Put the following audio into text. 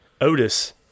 Otis